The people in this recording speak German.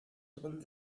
drin